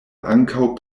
ankaŭ